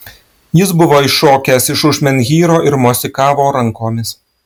jis buvo iššokęs iš už menhyro ir mosikavo rankomis